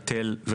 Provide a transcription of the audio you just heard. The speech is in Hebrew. היטל,